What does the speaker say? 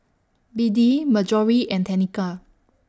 Beadie Marjory and Tenika